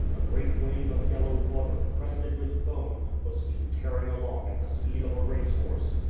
a great wave of yellow water, crested with foam, was seen tearing along at the speed of a race horse.